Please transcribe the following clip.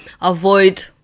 avoid